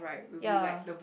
ya